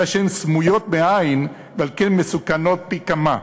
אלא שהן סמויות מהעין ועל כן מסוכנות פי-כמה.